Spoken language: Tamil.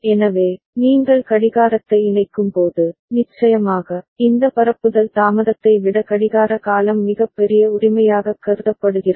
எனவே நீங்கள் கடிகாரத்தை இணைக்கும்போது நிச்சயமாக இந்த பரப்புதல் தாமதத்தை விட கடிகார காலம் மிகப் பெரிய உரிமையாகக் கருதப்படுகிறது